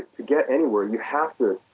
to get anywhere, you have to,